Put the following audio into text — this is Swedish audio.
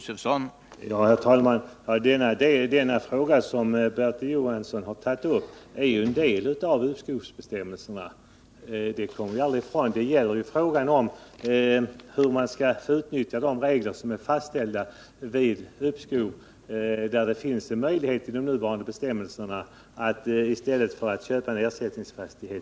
Herr talman! Den fråga som Bertil Johansson tagit upp gäller ju en del av uppskovsbestämmelserna. Det kan vi aldrig komma ifrån. Det gäller ju frågan om hur man skall få utnyttja de regler som är fastställda vid sådant uppskov där det finns en möjlighet enligt de nuvarande bestämmelserna att få teckna en pensionsförsäkring i stället för att köpa en ersättningsfastighet.